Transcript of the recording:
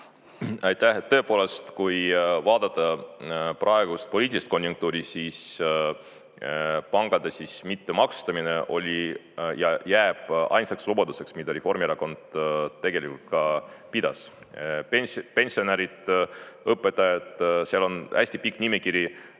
Tõepoolest, kui vaadata praegust poliitilist konjunktuuri, siis pankade mittemaksustamine oli ja jääb ainsaks lubaduseks, mida Reformierakond tegelikult ka pidas. Pensionärid, õpetajad: seal on hästi pikk nimekiri,